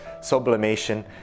sublimation